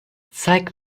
zeig